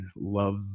love